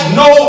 no